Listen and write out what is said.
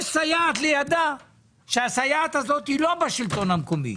יש סייעת לידה שהסייעת הזאת היא לא בשלטון המקומי.